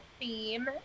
theme